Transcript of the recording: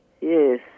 yes